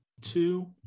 Two